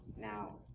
Now